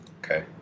Okay